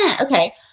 Okay